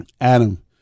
Adam